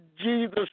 Jesus